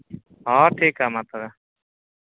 ᱦᱮᱸ ᱴᱷᱤᱠᱼᱟ ᱢᱟ ᱛᱚᱵᱮ